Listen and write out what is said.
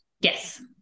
yes